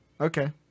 Okay